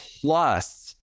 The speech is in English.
plus